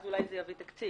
אז אולי זה יביא תקציב.